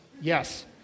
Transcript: Yes